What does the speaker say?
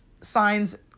signs